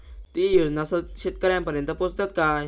ते योजना शेतकऱ्यानपर्यंत पोचतत काय?